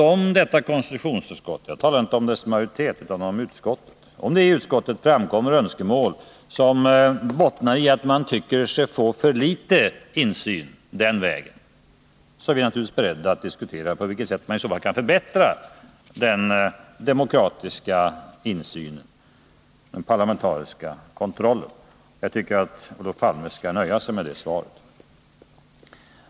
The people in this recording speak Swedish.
Om det i konstitutionsutskottet — jag talar inte om dess majoritet utan om utskottet — framkommer synpunkter på att man får för litet insyn, är vi naturligtvis beredda att diskutera på vilket sätt man i så fall skall förbättra utskottets insynsmöjligheter. Jag tycker att Olof Palme skall nöja sig med det svaret.